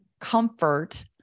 comfort